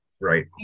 Right